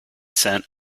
scent